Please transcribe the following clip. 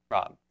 Rob